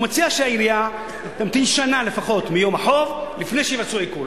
הוא מציע שהעירייה תמתין שנה לפחות מיום החוב לפני שיבצעו עיקול.